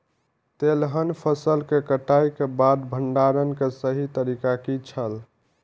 तेलहन फसल के कटाई के बाद भंडारण के सही तरीका की छल?